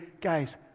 Guys